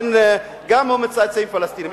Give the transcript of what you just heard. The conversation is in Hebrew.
גם הוא מצאצאים פלסטינים.